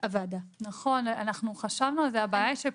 ועדה מיוחדת, האם